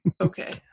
Okay